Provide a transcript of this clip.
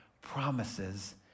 promises